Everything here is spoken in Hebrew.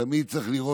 לפני שאתה אומר